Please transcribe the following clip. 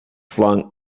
flung